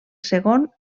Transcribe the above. segon